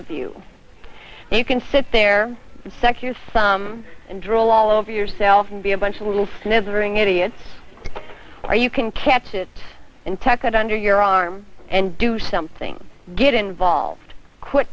of you and you can sit there sex your thumb and drool all over yourself and be a bunch of little sniggering idiots or you can catch it in tech and under your arm and do something get involved qui